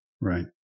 Right